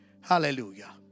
Hallelujah